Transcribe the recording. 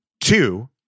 Two